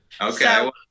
Okay